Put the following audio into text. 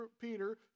Peter